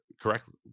correctly